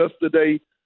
yesterday